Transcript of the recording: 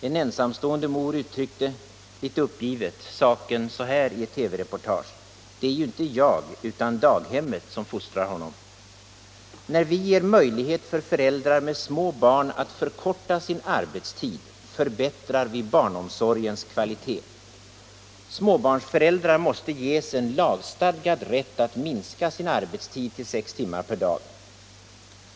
En ensamstående mor uttryckte litet uppgivet saken så här i ett TV-reportage: ”Det är ju inte jag utan daghemmet som fostrar honom.” När vi ger möjlighet för föräldrar att förkorta sin arbetstid, förbättrar vi barnomsorgens kvalitet. Småbarnsföräldrar måste ges en lagstadgad rätt att minska sin arbetstid till sex timmar per dag.